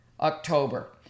October